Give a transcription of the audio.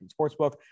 Sportsbook